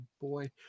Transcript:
boy